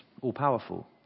all-powerful